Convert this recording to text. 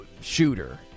Shooter